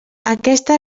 aquesta